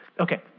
Okay